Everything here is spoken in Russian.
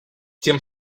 тем